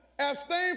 abstain